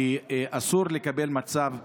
כי אסור לקבל מצב שיהיו,